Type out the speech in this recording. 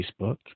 Facebook